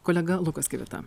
kolega lukas kivita